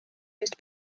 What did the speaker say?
used